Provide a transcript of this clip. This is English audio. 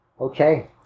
Okay